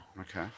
Okay